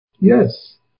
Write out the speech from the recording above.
Yes